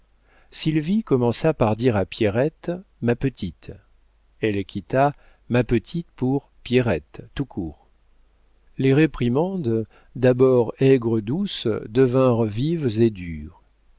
sylvie commença par dire à pierrette ma petite elle quitta ma petite pour pierrette tout court les réprimandes d'abord aigres douces devinrent vives et dures